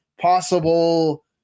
possible